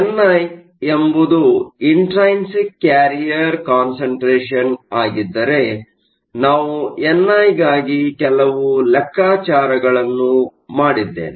NI ಎಂಬುದು intrinsic carrier concentration ಆಗಿದ್ದರೆ ನಾವು ಎನ್ಐ ಗಾಗಿ ಕೆಲವು ಲೆಕ್ಕಾಚಾರಗಳನ್ನು ಮಾಡಿದ್ದೇವೆ